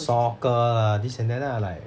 soccer lah this and that then I like